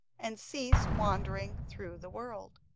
and cease wandering through the world